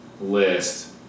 List